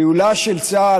פעולה של צה"ל,